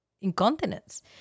incontinence